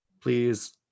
Please